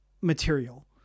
material